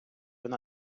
вона